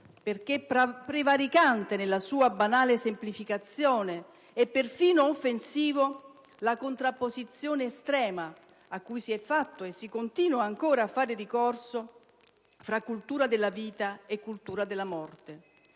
perché prevaricante nella sua banale semplificazione e persino offensiva, la contrapposizione estrema a cui si è fatto e si continua ancora a fare ricorso fra cultura della vita e cultura della morte.